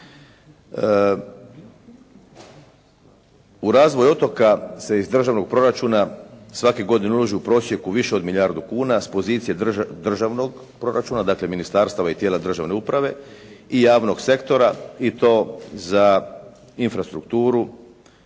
U razvoj otoka se iz državnog proračuna svake godine uloži u prosjeku više od milijardu kune s pozicije državnog proračuna, dakle ministarstava i tijela državne uprave i javnog sektora i to za infrastrukturu